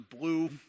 blue